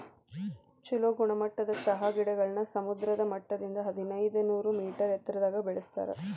ಚೊಲೋ ಗುಣಮಟ್ಟದ ಚಹಾ ಗಿಡಗಳನ್ನ ಸಮುದ್ರ ಮಟ್ಟದಿಂದ ಹದಿನೈದನೂರ ಮೇಟರ್ ಎತ್ತರದಾಗ ಬೆಳೆಸ್ತಾರ